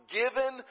given